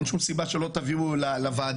אין שום סיבה שלא תביאו לוועדה,